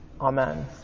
Amen